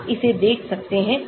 आप इसे देख सकते हैं